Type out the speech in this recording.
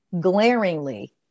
glaringly